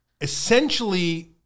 essentially